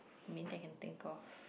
main thing I can think of